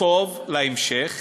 טוב להמשך,